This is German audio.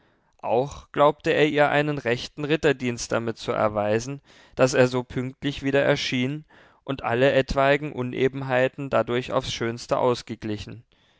auch glaubte er ihr einen rechten ritterdienst damit zu erweisen daß er so pünktlich wieder erschien und alle etwaigen unebenheiten dadurch aufs schönste ausgeglichen